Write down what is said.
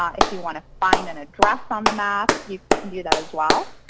if you want to find an address on the map, you can do that as well.